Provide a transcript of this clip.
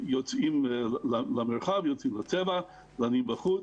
יוצאים למרחב, יוצאים לטבע ולנים בחוץ,